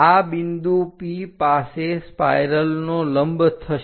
આ બિંદુ P પાસે સ્પાઇરલનો લંબ થશે